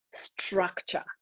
structure